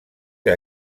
que